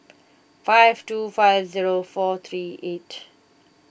five two five zero four three eight